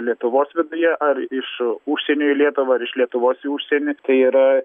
lietuvos viduje ar iš užsienio į lietuvą ar iš lietuvos į užsienį tai yra